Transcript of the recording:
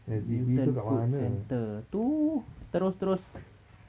newton food centre tu terus terus